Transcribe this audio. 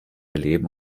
leben